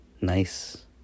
Nice